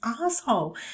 asshole